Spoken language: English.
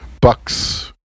Buck's